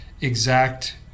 exact